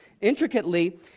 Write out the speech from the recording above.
intricately